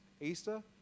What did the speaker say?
Easter